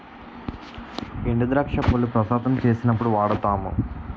ఎండుద్రాక్ష పళ్లు ప్రసాదం చేసినప్పుడు వాడుతాము